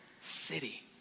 city